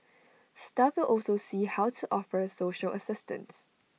staff will also see how to offer social assistance